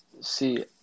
see